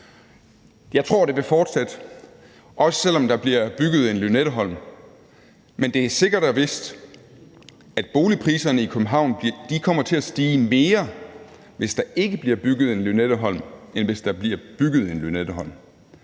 Jeg tror, at det vil fortsætte, også selv om der bliver bygget en Lynetteholm, men det er sikkert og vist, at boligpriserne i København kommer til at stige mere, hvis der ikke bliver bygget en Lynetteholm, end hvis der bliver bygget en Lynetteholm.